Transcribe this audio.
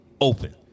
open